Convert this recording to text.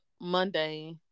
Monday